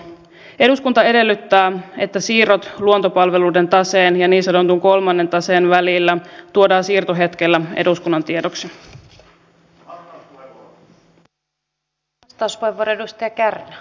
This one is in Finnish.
eduskunta edellyttää että siirrot luontopalveluiden taseen ja niin sanotun kolmannen taseen välillä tuodaan siirtohetkellä eduskunnan tiedoksi